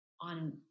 on